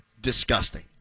disgusting